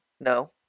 No